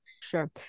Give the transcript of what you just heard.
Sure